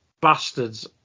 Bastards